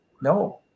No